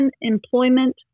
employment